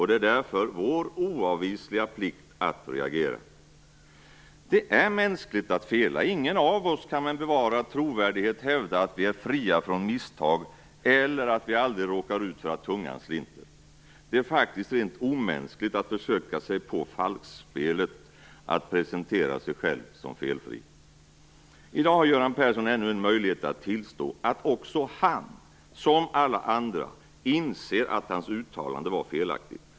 Det är därför vår oavvisliga plikt att reagera. Det är mänskligt att fela. Ingen av oss kan med bevarad trovärdighet hävda att vi är fria från misstag eller att vi aldrig råkar ut för att tungan slinter. Det är faktiskt rent omänskligt att försöka sig på falskspelet att presentera sig själv som felfri. I dag har Göran Persson ännu en möjlighet att tillstå att också han, precis som alla andra, inser att hans uttalande var felaktigt.